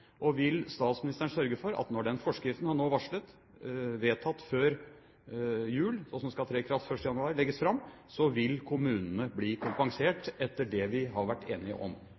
Vil statsministeren sørge for at når den forskriften han nå varsler blir vedtatt før jul, og som skal tre i kraft 1. januar, legges fram, vil kommunene bli kompensert, slik vi har vært enige om?